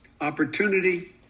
opportunity